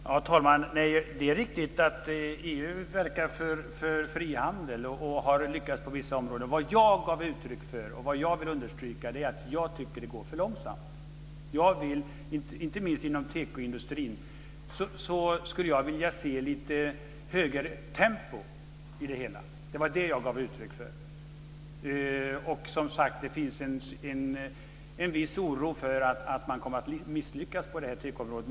Herr talman! Det är riktigt att EU verkar för frihandel och har lyckats på vissa områden. Vad jag gav uttryck för och ville understryka var att jag tycker att det går för långsamt. Inte minst inom tekoindustrin skulle jag vilja se lite högre tempo i det hela. Det var det jag gav uttryck för. Det finns som sagt en viss oro för att man kommer att misslyckas på tekoområdet.